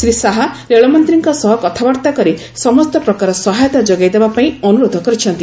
ଶ୍ରୀ ଶାହା ରେଳମନ୍ତ୍ରୀଙ୍କ ସହ କଥାବାର୍ତ୍ତା କରି ସମସ୍ତ ପ୍ରକାର ସହାୟତା ଯୋଗାଇ ଦେବା ପାଇଁ ଅନୁରୋଧ କରିଛନ୍ତି